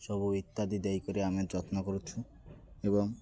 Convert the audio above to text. ସବୁ ଇତ୍ୟାଦି ଦେଇକରି ଆମେ ଯତ୍ନ କରୁଛୁ ଏବଂ